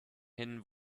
hin